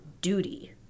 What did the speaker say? duty